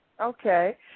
Okay